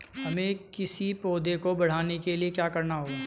हमें किसी पौधे को बढ़ाने के लिये क्या करना होगा?